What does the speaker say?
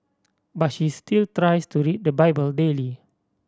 but she still tries to read the Bible daily